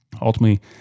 ultimately